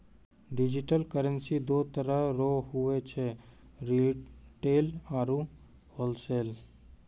digital currency दो तरह रो हुवै छै रिटेल आरू होलसेल